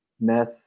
meth